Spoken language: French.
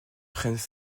prennent